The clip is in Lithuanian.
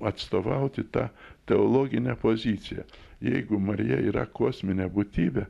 atstovauti tą teologinę poziciją jeigu marija yra kosminė būtybė